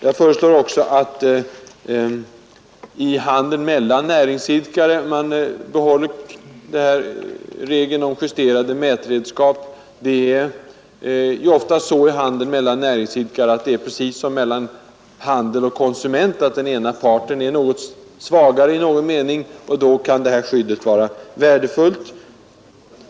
Jag föreslår också att man i handeln mellan näringsidkare behåller reglerna om justerade mätredskap. Det är ofta så i handeln mellan näringsidkare — precis som det är mellan detaljhandel och konsument — att den ena parten i någon mening är något svagare än den andra. Då kan skyddet vara värdefullt.